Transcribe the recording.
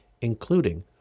including